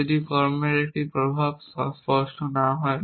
তাই যদি এই কর্মের একটি প্রভাব স্পষ্ট না হয়